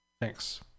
Thanks